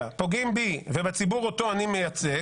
בקואליציה פוגעים בי ובציבור אותו אני מייצג,